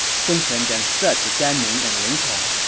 sun quan then said to gan ning and ling tong,